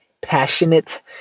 passionate